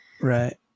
Right